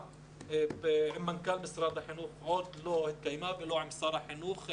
עם מנכ"ל משרד החינוך עוד לא התקיימה וגם לא עם שר החינוך.